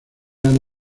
han